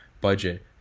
budget